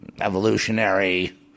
evolutionary